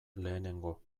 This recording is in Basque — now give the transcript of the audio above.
lehenengo